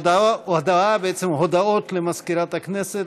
הודעה, בעצם הודעות, למזכירת הכנסת.